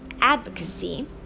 advocacy